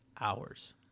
hours